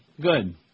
Good